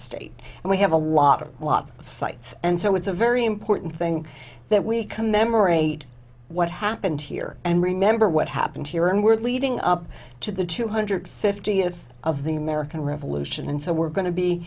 state and we have a lot a lot of sites and so it's a very important thing that we commemorate what happened here and remember what happened here in world leading up to the two hundred fiftieth of the american revolution and so we're going to be